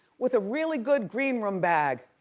with a really good green room bag.